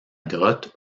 grotte